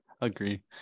Agree